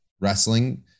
wrestling